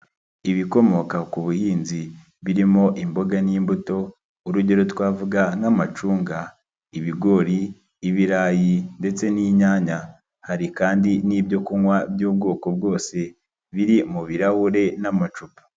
Ibikomoka ku buhinzi birimo imboga n'imbuto, urugero twavuga nk'amacunga, ibigori, ibirayi ndetse n'inyanya, hari kandi n'ibyo kunywa by'ubwoko bwose biri mu birahure n'amacupa.